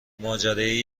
ماجرای